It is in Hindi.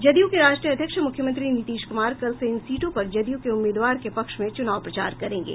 जदयू के राष्ट्रीय अध्यक्ष मुख्यमंत्री नीतीश कुमार कल से इन सीटों पर जदयू के उम्मीदवार के पक्ष में चुनाव प्रचार करेंगे